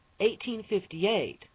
1858